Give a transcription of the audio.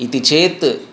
इति चेत्